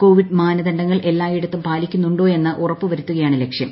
Covid മാനദണ്ഡങ്ങൾ എല്ലായിടത്തും പാലിക്കു്ന്നുണ്ടോ എന്ന് ഉറപ്പു വരുത്തുകയാണ് ലക്ഷ്യം